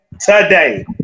today